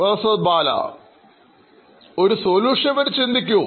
പ്രൊഫസർബാല ഒരു സൊലൂഷൻപ്പറ്റി ചിന്തിക്കു